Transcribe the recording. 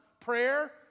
Prayer